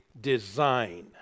design